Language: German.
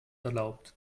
erlaubt